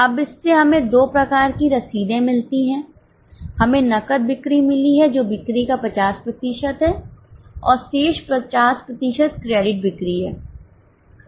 अब इससे हमें दो प्रकार की रसीदें मिलती हैं हमें नकद बिक्री मिली है जो बिक्री का 50 प्रतिशत है और शेष 50 प्रतिशत क्रेडिट बिक्री है ठीक है